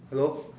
hello